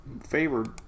favored